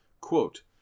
Quote